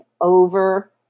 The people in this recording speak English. over